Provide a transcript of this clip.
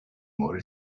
more